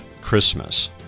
Christmas